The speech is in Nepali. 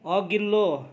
अघिल्लो